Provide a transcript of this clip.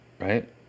right